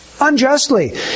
Unjustly